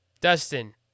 Dustin